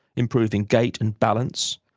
improving gait and balance,